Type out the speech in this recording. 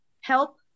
help